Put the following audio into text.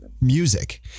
music